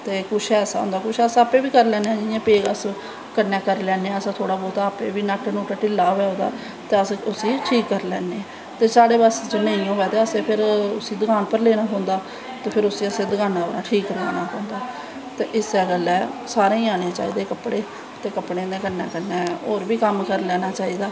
कुश ऐसा होंदा ते कुश अस आपें बी करी लैन्नें आं जियां पेचकस कन्नैं करी लैन्नें आं नट नुट ढिल्ला होऐ तां तां अस उसी ठीक करी लैन्ने ते जे साढ़े कोला दा नेईं होऐ ते फिर असैं दकान पर लेना पौंदा ते ठीक करानां पौंदा ते इस्सै गल्लां सारें गी आनें चाही दे कपड़े ते कपड़ें जे कन्नैं कन्नैं होर बी कम्म करी लैनां चाही दा